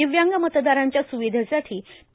दिव्यांग मतदारांच्या स्विधेसाठी पी